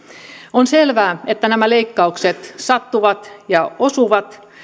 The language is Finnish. on selvää että nämä leikkaukset sattuvat ja osuvat